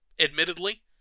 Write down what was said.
admittedly